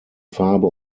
farbe